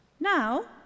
Now